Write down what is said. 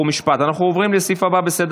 בסדר